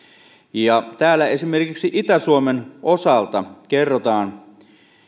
ja täällä esimerkiksi itä suomen osalta kerrotaan